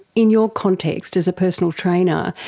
in your context as a personal trainer,